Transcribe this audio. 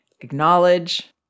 Acknowledge